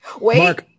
wait